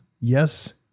Yes